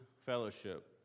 fellowship